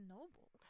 Noble